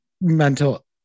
mental